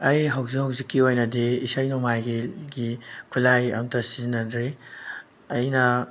ꯑꯩ ꯍꯧꯖꯤꯛ ꯍꯧꯖꯤꯛꯀꯤ ꯑꯣꯏꯅꯗꯤ ꯏꯁꯩ ꯅꯣꯡꯃꯥꯏꯒꯤ ꯈꯨꯠꯂꯥꯏ ꯑꯝꯇ ꯁꯤꯖꯟꯅꯗ꯭ꯔꯤ ꯑꯩꯅ